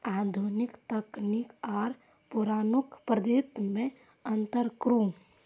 आधुनिक तकनीक आर पौराणिक पद्धति में अंतर करू?